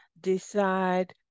decide